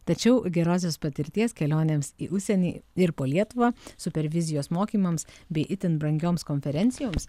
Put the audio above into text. tačiau gerosios patirties kelionėms į užsienį ir po lietuvą super vizijos mokymams bei itin brangioms konferencijoms